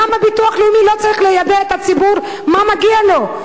למה הביטוח הלאומי לא צריך ליידע את הציבור מה מגיע לו?